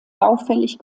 baufällig